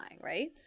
right